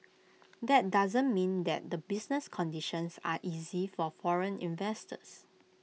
that doesn't mean their business conditions are easy for foreign investors